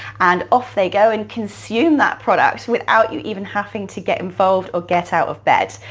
and off they go and consume that product without you even having to get involved or get out of bed.